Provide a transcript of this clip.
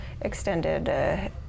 extended